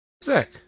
sick